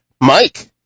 mike